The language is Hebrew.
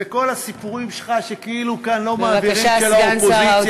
וכל הסיפורים שלך שכאילו כאן לא מעבירים כי זה האופוזיציה,